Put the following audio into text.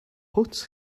puts